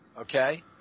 okay